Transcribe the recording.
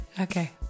Okay